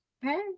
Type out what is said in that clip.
Hey